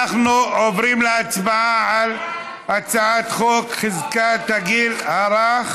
אנחנו עוברים להצבעה על הצעת חוק חזקת הגיל הרך